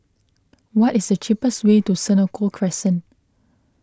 what is the cheapest way to Senoko Crescent